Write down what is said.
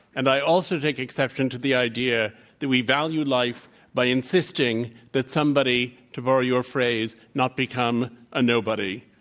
and i also take exception to the idea that we value life by insisting that somebody to borrow your phrase not become a nobody.